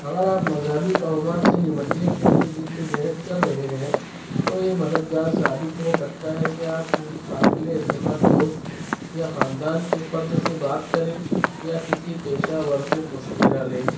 اگر آپ مذہبی توہمات سے نمٹنے کے لیے جد و جہد کر رہے ہیں تو یہ مددگار ثابت ہو سکتا ہے کہ آپ کسی قابلِ اعتباد دوست یا خاندان کے فرد سے بات کریں یا کسی پیشہ ور سے مشورہ لیں